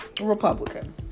Republican